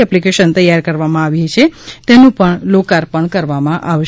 application તૈયાર કરવામાં આવી છે તેનું પણ લોકાર્પણ કરવામાં આવશે